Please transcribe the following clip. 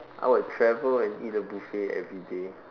I will travel and eat a buffet every day